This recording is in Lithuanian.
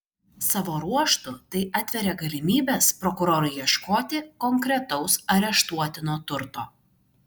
savo ruožtu tai atveria galimybes prokurorui ieškoti konkretaus areštuotino turto